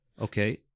Okay